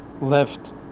left